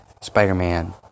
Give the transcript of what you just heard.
Spider-Man